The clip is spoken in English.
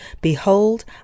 Behold